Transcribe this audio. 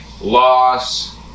loss